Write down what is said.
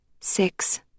six